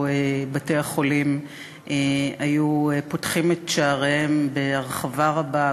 בתי-החולים היו פותחים את שעריהם בהרחבה רבה,